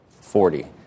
Forty